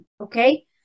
okay